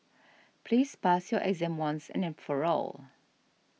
please pass your exam once and then for all